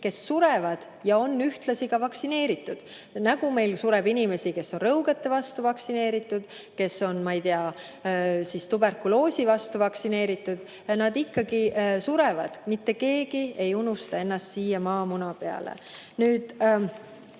kes surevad ja on ühtlasi vaktsineeritud, nagu meil sureb inimesi, kes on rõugete vastu vaktsineeritud, kes on, ma ei tea, tuberkuloosi vastu vaktsineeritud. Nad ikkagi surevad, mitte keegi ei unusta ennast siia maamuna peale. Räägime